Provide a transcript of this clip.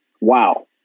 Wow